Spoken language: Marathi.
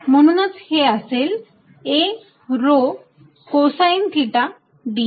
म्हणूनच हे असेल a rho cosine theta ds